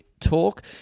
talk